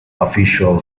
official